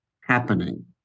happening